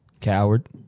Coward